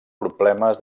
problemes